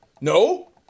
no